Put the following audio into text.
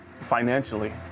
financially